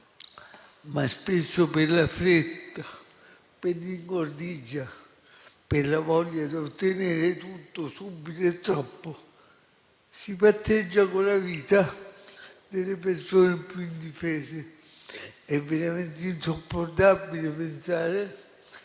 però per la fretta, per l'ingordigia o per la voglia di ottenere tutto, subito e troppo, si patteggia con la vita delle persone più indifese. È veramente insopportabile, per